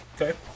Okay